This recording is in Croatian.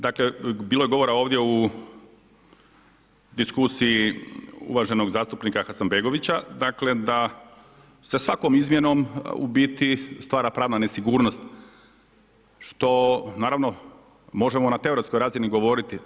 Dakle, bilo je govora ovdje u diskusiji uvaženog zastupnika Hasanbegovića, da se svakom izmjenom u biti stvara pravna nesigurnost što naravno, možemo na teoretskoj razini govoriti.